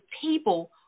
people